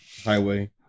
highway